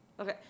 Okay